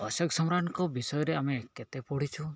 ଅଶୋକ ସମ୍ରାଟଙ୍କ ବିଷୟରେ ଆମେ କେତେ ପଢ଼ିଛୁ